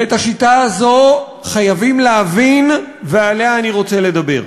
ואת השיטה הזו חייבים להבין, ועליה אני רוצה לדבר.